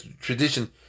tradition